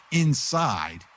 inside